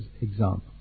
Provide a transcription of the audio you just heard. example